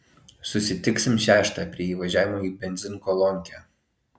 susitiksim šeštą prie įvažiavimo į benzinkolonkę